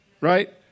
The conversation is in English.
right